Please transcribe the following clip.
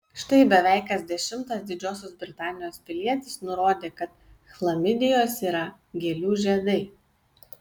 štai beveik kas dešimtas didžiosios britanijos pilietis nurodė kad chlamidijos yra gėlių žiedai